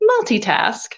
multitask